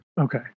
Okay